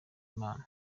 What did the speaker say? imana